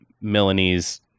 Milanese